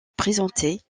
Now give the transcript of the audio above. présentait